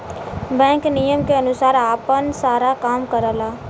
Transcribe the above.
bank नियम के अनुसार आपन सारा काम करला